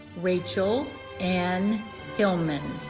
rachel anne hillman